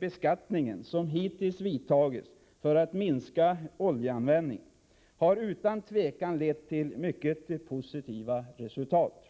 beskattningen, som hittills vidtagits för att minska oljeanvändningen har utan tvivel lett till mycket positiva resultat.